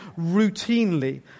routinely